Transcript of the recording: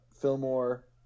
Fillmore